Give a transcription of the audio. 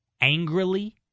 angrily